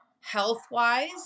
health-wise